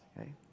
okay